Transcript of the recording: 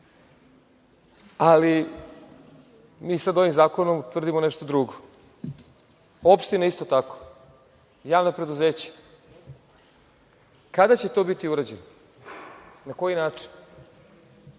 ali mi sada ovim zakonom tvrdimo nešto drugo. Opštine isto tako, javna preduzeća. Kada će to biti urađeno? Na koji